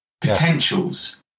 potentials